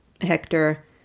Hector